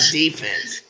defense